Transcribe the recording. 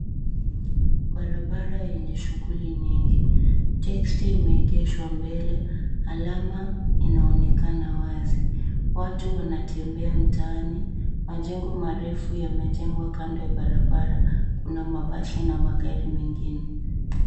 Barabara yenye shughuli nyingi. Teksi imeegeshwa mbele. Alama inaonekana wazi. Watu wanatembea mtaani. Majengo marefu yamejengwa kando na barabara. Kuna mabasi na magari mengine.